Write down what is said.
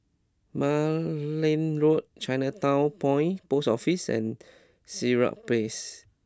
Malan Road Chinatown Point Post Office and Sirat Place